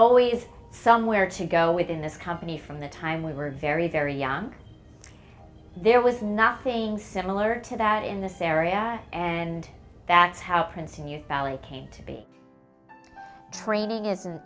always somewhere to go within this company from the time we were very very young there was nothing similar to that in this area and that's how princeton new ballet came to be training is an